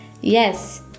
Yes